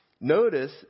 Notice